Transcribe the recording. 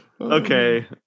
okay